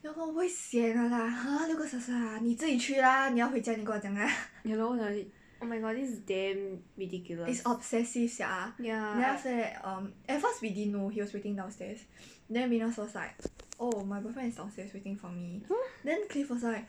ya lor like oh my god this is damn ridiculous ya